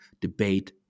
debate